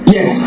Yes